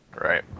Right